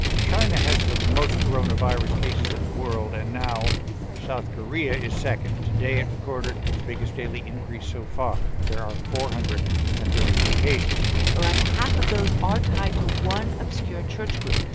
china has the most coronavirus cases in the world. and now south korea is second. today, it recorded its biggest daily increase so far. there are four hundred and thirty three cases around half of those are tied to one obscure church group,